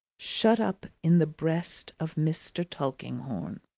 shut up in the breast of mr. tulkinghorn.